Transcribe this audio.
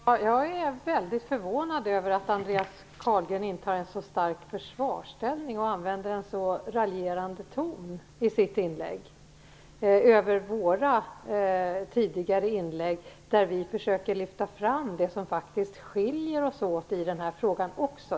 Herr talman! Jag är väldigt förvånad över att Andreas Carlgren så starkt intar en försvarsställning och att han i sitt inlägg använder en så raljerande ton över våra tidigare inlägg, där vi försökte lyfta fram det som faktiskt skiljer oss åt i den här frågan.